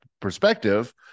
perspective